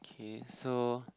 okay so